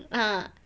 a'ah